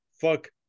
fuck